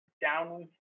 down